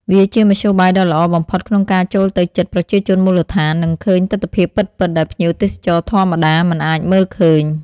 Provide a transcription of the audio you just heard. វាជាមធ្យោបាយដ៏ល្អបំផុតក្នុងការចូលទៅជិតប្រជាជនមូលដ្ឋាន និងឃើញទិដ្ឋភាពពិតៗដែលភ្ញៀវទេសចរធម្មតាមិនអាចមើលឃើញ។